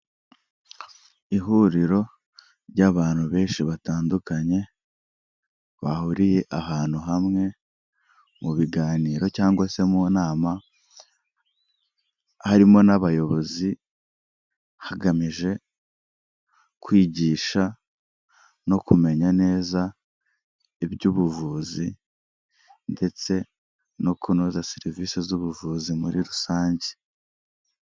Ihuriro ry'abantu benshi batandukanye bahuriye ahantu hamwe mu biganiro cyangwa se mu nama, harimo n'abayobozi hagamijwe kwigisha no kumenya neza iby'ubuvuzi ndetse no kunoza serivisi z'ubuvuzi muri rusange.